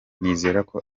nizereko